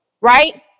Right